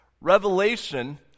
Revelation